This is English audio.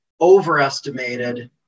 overestimated